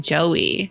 Joey